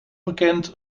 bekend